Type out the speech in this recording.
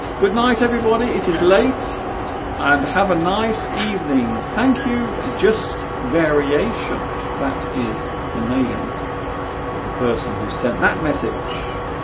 good night everybody it is late and have a nice evening thank you just variation that is the name of the person who sent that message